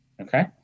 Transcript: Okay